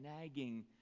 nagging